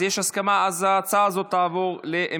ההצעה להעביר את